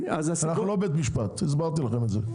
אנחנו לא בית משפט, הסברתי לכם את זה.